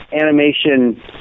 Animation